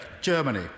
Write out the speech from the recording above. Germany